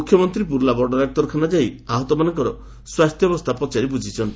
ମୁଖ୍ୟମନ୍ତୀ ବୁର୍ଲା ବଡ ଡାକ୍ତରଖାନା ଯାଇ ଆହତମାନଙ୍କ ସ୍ୱାସ୍ଥ୍ୟବସ୍ଥା ପଚାରି ବୁଝିଛନ୍ତି